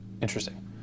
Interesting